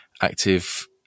active